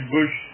Bush